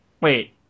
Wait